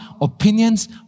opinions